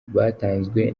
batanzwe